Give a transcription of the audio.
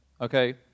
okay